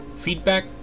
feedback